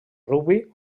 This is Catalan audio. rugbi